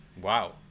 Wow